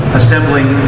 assembling